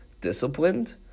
disciplined